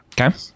Okay